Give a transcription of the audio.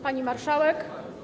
Pani Marszałek!